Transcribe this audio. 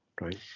right